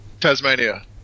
Tasmania